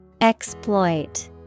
Exploit